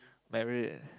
married